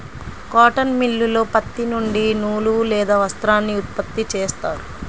cotton మిల్లులో పత్తి నుండి నూలు లేదా వస్త్రాన్ని ఉత్పత్తి చేస్తారు